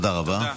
תודה רבה.